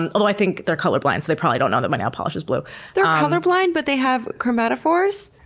and um i think they're colorblind so they probably don't know that my nail polish is blue they're um color blind, but they have chromatophores!